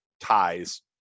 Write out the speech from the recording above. ties